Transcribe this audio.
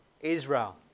Israel